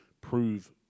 prove